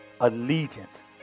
allegiance